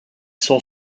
sont